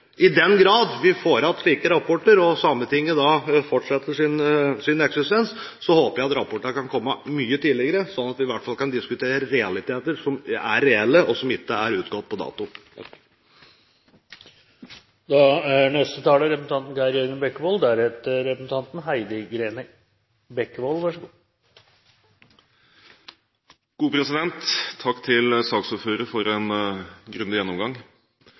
I den grad vi igjen får slike rapporter og Sametinget fortsetter sin eksistens, håper jeg at rapportene kan komme mye tidligere, slik at vi i hvert fall kan diskutere realiteter som er reelle, og som ikke er utgått på dato. Takk til saksordføreren for en grundig gjennomgang. Sametinget er regjeringens fremste premissleverandør i samiske spørsmål og har i over 20 år spilt en